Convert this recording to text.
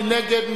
מי נגד?